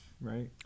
right